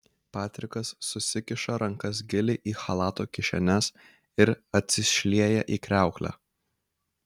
patrikas susikiša rankas giliai į chalato kišenes ir atsišlieja į kriauklę